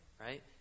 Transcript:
right